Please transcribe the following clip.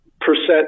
percent